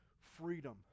freedom